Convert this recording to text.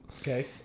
Okay